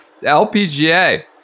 LPGA